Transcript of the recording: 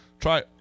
try